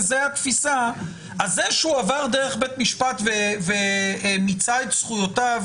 אז זה שהוא עבר דרך בית משפט ומיצה את זכויותיו